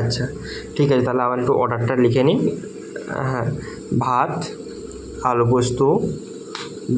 আচ্ছা ঠিক আছে তাহলে আমার একটু অর্ডারটা লিখে নিন হ্যাঁ ভাত আলু পোস্ত